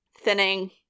Thinning